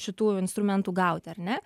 šitų instrumentų gaut ar ne